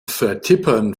vertippern